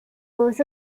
was